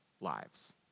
lives